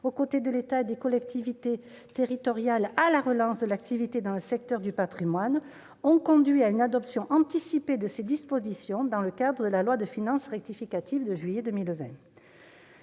aux côtés de l'État et des collectivités territoriales, à la relance de l'activité dans le secteur du patrimoine ont conduit à une adoption anticipée de ses dispositions, dans le cadre de la loi de finances rectificative de juillet 2020.